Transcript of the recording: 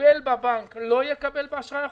שקיבל בבנק לא יקבל באשראי החוץ-בנקאי?